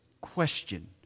question